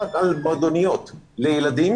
ילדים